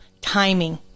timing